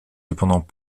cependant